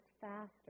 faster